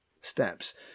steps